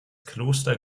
kloster